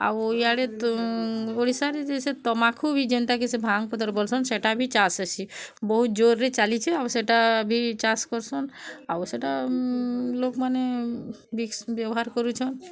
ଆଉ ଇଆଡ଼େ ଓଡ଼ିଶାରେ ଯେସେ ତମାଖୁ ବି ଯେନ୍ଟାକି ସେ ଭାଙ୍ଗ୍ ଭିତରେ ବୋଲ୍ସନ୍ ସେଇଟା ବି ଚାଷ୍ ହେସିଁ ବହୁତ୍ ଜୋର୍ରେ ଚାଲିଛେ ଆଉ ସେଟା ବି ଚାଷ୍ କର୍ସନ୍ ଆଉ ସେଟା ଲୋକ୍ମାନେ ବେଶି ବ୍ୟବହାର କରୁଛନ୍